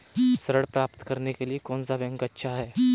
ऋण प्राप्त करने के लिए कौन सा बैंक अच्छा है?